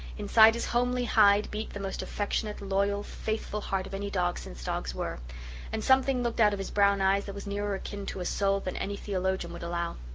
inside his homely hide beat the most affectionate, loyal, faithful heart of any dog since dogs were and something looked out of his brown eyes that was nearer akin to a soul than any theologian would allow.